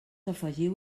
afegiu